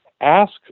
ask